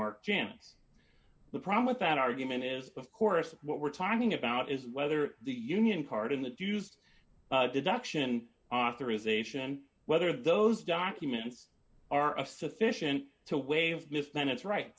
mark gents the problem with that argument is of course what we're talking about is whether the union part in the dues deduction authorisation whether those documents are of sufficient to waive mismanage right